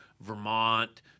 Vermont